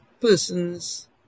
persons